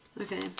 Okay